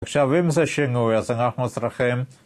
עכשיו אם זה שינוי אז אנחנו צריכים...